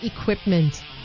equipment